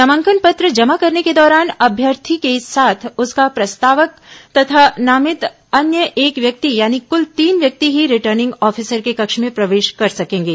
नामांकन पत्र जमा करने के दौरान अभ्यर्थी के साथ उसका प्रस्तावक तथा नामित अन्य एक व्यक्ति यानि कुल तीन व्यक्ति ही रिटर्निंग आफिसर के कक्ष में प्रवेश कर सकेंगे